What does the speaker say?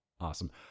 awesome